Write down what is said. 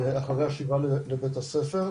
אחרי השיבה לבית הספר.